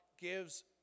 gives